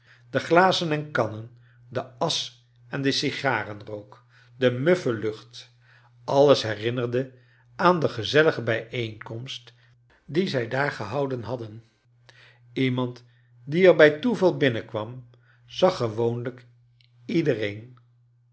de glazen en kannen de asch en de sigarenrook de muffe luoht alles herinnerde aan de gezellige bijeenkomst die zij daar gehouden hadden iemand die er bij toeval binnenkwam zag gewoonlijk iedereen